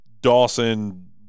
Dawson